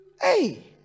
hey